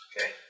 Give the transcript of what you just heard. Okay